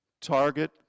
Target